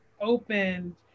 opened